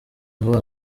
vuba